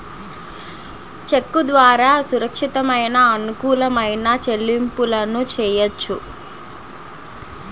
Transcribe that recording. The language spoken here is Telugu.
చెక్కు ద్వారా సురక్షితమైన, అనుకూలమైన చెల్లింపులను చెయ్యొచ్చు